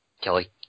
Kelly